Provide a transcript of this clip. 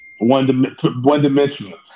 one-dimensional